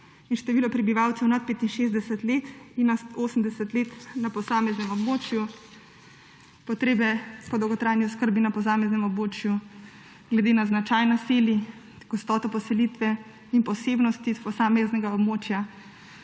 in število prebivalcev nad 65 let in nad 80 let na posameznem območju, potrebe po dolgotrajni oskrbi na posameznem območju glede na značaj naselij, gostoto poselitve in posebnosti posameznega območja